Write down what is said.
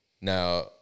Now